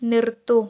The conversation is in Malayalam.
നിർത്തൂ